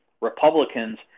Republicans